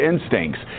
instincts